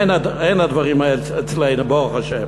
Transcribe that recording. אין הדברים האלה אצלנו, ברוך השם.